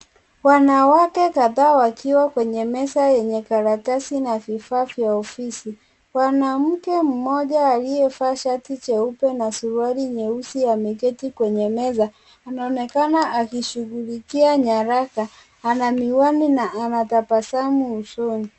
Wanawake kadhaa wakiwa kwenye meza yenye karatasi na vifaa vya ofisi. Mwanamke mmoja aliyevaa shati jeupe na suruali nyeusi ameketi kwenye meza anaonekana akishughulikia nyaraka ana miwani na ana tabasamu usoni.